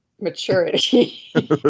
maturity